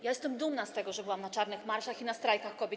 Ja jestem dumna z tego, że byłam na czarnych marszach i na strajkach kobiet.